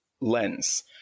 lens